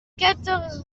quatorze